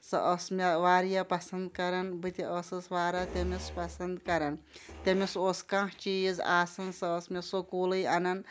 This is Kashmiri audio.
سۄ ٲس مےٚ واریاہ پَسَنٛد کَران بہٕ تہِ ٲسٕس واراہ تٔمِس پَسَنٛد کَران تٔمِس اوس کانٛہہ چیٖز آسان سۄ ٲس مےٚ سکوٗلٕے اَنان